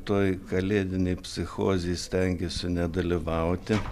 toj kalėdinėj psichozėj stengiuosi nedalyvauti